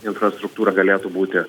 infrastruktūra galėtų būti